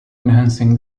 enhancing